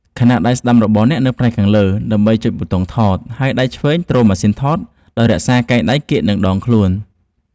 ខណៈដៃស្ដាំរបស់អ្នកនៅផ្នែកខាងលើ ដើម្បីចុចប៊ូតុងថត ហើយប្រើដៃឆ្វេងទ្រម៉ាស៊ីនថតដោយរក្សាកែងដៃគៀក នឹងដងខ្លួន។